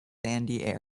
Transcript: sandy